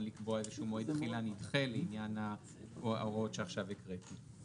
לקבוע איזשהו מועד תחילה לעניין ההוראות שעכשיו הקראתי.